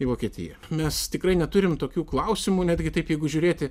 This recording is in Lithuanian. į vokietiją mes tikrai neturim tokių klausimų netgi taip jeigu žiūrėti